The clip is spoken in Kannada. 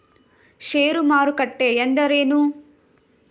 ಷೇರು ಮಾರುಕಟ್ಟೆ ಎಂದರೇನು?